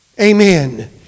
Amen